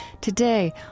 Today